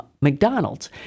McDonald's